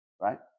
right